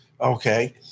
Okay